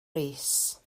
rees